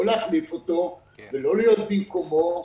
לא להחליף אותו ולא להיות במקומו,